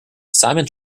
simon